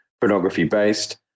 pornography-based